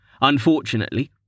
Unfortunately